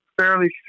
fairly